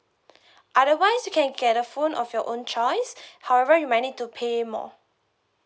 otherwise you can get a phone of your own choice however you might need to pay more